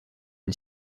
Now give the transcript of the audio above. une